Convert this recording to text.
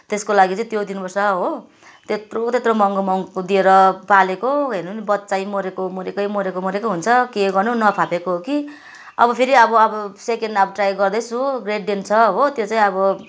त्यसको लागि चाहिँ त्यो दिनुपर्छ हो त्यत्रो त्यत्रो महँगो महँगोको दिएर पालेको हेर्नु नि बच्चै मरेको मरेकै मरेको मरेकै हुन्छ के गर्नु नफापेको हो कि अब फेरि अब अब सेकेन्ड अब ट्राई गर्दैछु ग्रेट डेन छ हो त्यो चाहिँ अब